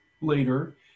later